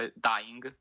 dying